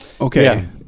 okay